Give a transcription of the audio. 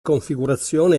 configurazione